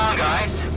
guys